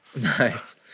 Nice